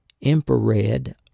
infrared